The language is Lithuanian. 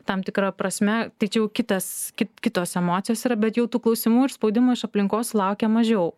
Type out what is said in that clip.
tam tikra prasme tai čia jau kitas kitos emocijos yra bet jau tų klausimų ir spaudimų iš aplinkos sulaukia mažiau